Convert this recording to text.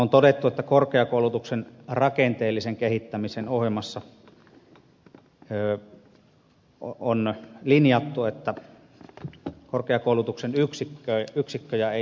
on todettu että korkeakoulutuksen rakenteellisen kehittämisen ohjelmassa on linjattu että korkeakoulutuksen yksikköjä ei lisätä